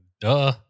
duh